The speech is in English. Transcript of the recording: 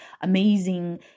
amazing